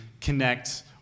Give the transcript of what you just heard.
connect